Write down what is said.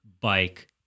bike